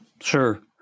Sure